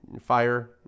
fire